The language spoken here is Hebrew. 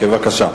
בבקשה.